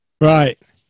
Right